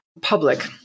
public